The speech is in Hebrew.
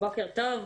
בוקר טוב,